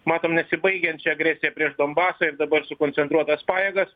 matom nesibaigiančią agresiją prieš donbasą ir dabar sukoncentruotas pajėgas